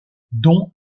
dont